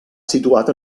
situat